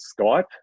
Skype